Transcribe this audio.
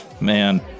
man